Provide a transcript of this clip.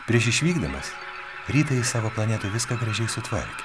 prieš išvykdamas rytą jis savo planetoj viską gražiai sutvarkė